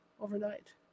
overnight